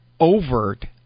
overt